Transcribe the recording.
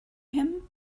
him